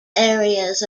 areas